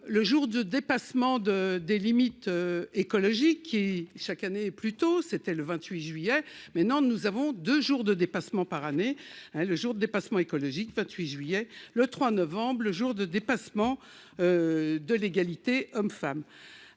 le jour de dépassement de des limites écologiques qui, chaque année, plus tôt, c'était le 28 juillet maintenant, nous avons 2 jours de dépassement par année. Le jour de dépassement écologique 28 juillet le 3 novembre le jour de dépassement de l'égalité femme